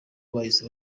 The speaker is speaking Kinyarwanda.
bahise